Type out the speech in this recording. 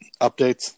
updates